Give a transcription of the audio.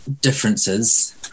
differences